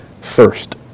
first